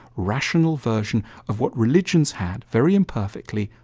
rational version of what religions had, very imperfectly,